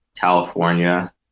California